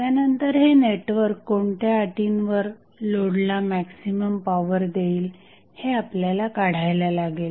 त्यानंतर हे नेटवर्क कोणत्या अटींवर लोडला मॅक्झिमम पॉवर देईल हे आपल्याला काढायला लागेल